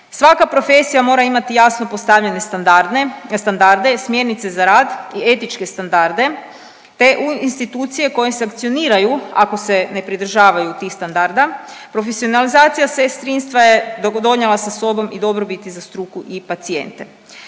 Svaka profesija mora imati jasno postavljene standardne, standarde, smjernice za rad i etičke standarde te u institucije koje sankcioniraju ako se ne pridržavaju tih standarda. Profesionalizacija sestrinstva je donijela sa sobom i dobrobiti za struku i pacijente.